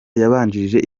yabanjirije